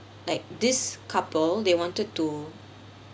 like this couple they wanted to